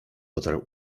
otarł